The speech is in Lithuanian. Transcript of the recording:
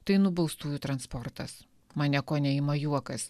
tai nubaustųjų transportas mane kone ima juokas